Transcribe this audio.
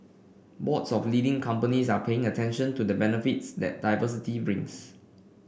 boards of leading companies are paying attention to the benefits that diversity brings